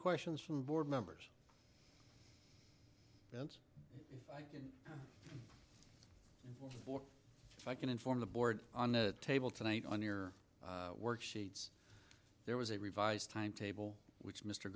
questions from the board members that's if i can inform the board on the table tonight on your worksheets there was a revised timetable which mr